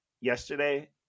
yesterday